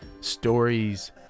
stories